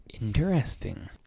Interesting